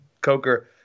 Coker